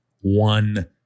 one